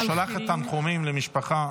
היא שולחת תנחומים למשפחה,